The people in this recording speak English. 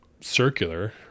circular